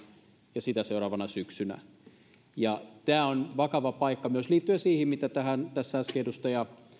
ja sitä seuraavana syksynä tämä on vakava paikka myös liittyen siihen mitä tässä äsken edustaja